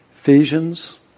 Ephesians